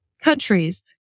countries